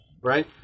right